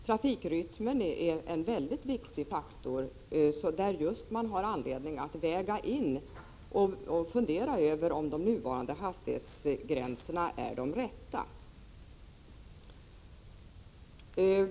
Trafikrytmen är en mycket betydelsefull faktor, och i det sammanhanget har man anledning att fundera över om de nuvarande hastighetsgränserna är de rätta.